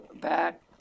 back